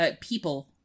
people